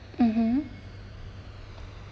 mmhmm